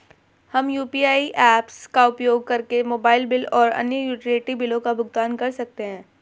हम UPI apps का उपयोग करके मोबाइल बिल और अन्य यूटिलिटी बिलों का भुगतान कर सकते हैं